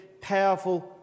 powerful